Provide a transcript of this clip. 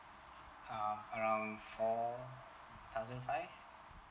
um around four thousand five